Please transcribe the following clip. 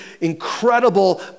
incredible